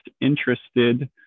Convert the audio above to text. interested